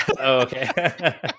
Okay